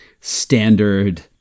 standard